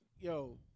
yo